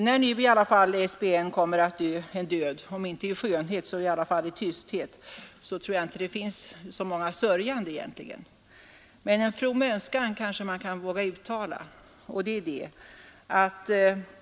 När nu SBN kommer att dö en död, om inte i skönhet så i varje fall i tysthet, tror jag inte att det egentligen finns så många sörjande, men en from önskan kanske man vågar uttala.